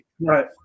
Right